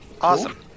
Awesome